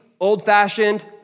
old-fashioned